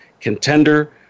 contender